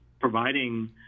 providing